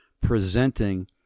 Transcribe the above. presenting